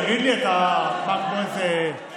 תגיד לי, אתה, מה, כמו איזה תגר?